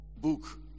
book